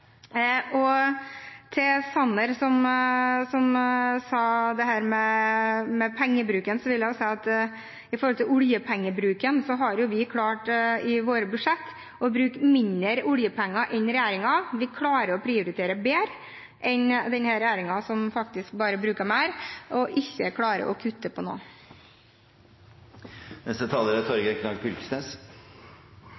Til Sanner som snakket om oljepengebruken, vil jeg si at vi i våre budsjett har klart å bruke mindre oljepenger enn regjeringen. Vi klarer å prioritere bedre enn denne regjeringen, som faktisk bare bruker mer og ikke klarer å kutte på noe. Eg har lyst til å komme med ei lita innrømming. Det er